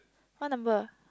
what number ah